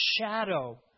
shadow